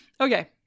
Okay